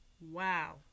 wow